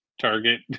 target